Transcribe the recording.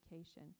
education